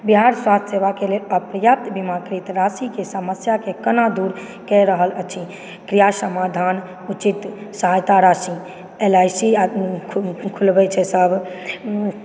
बिहार स्वास्थ्य सेवाके लेल अपर्याप्त मात्रामे राशिके समस्याके कोना दूर कए रहल अछि किया समाधान उचित सहायता राशि एल आइ सी खोलबै छै सब